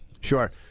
Sure